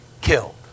killed